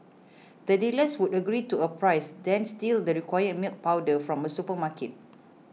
the dealers would agree to a price then steal the required milk powder from a supermarket